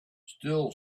still